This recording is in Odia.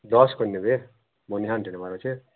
ଦଶ କ'ଣ ନେବେ ମାରୁଛେ